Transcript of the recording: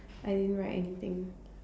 I didn't write anything